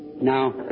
Now